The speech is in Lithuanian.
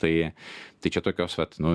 tai tai čia tokios vat nu